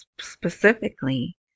specifically